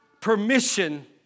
permission